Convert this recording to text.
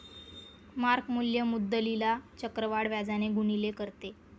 mark मूल्य मुद्दलीला चक्रवाढ व्याजाने गुणिले करते